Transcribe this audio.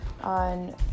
on